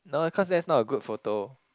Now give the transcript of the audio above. no is cause that's not a good photo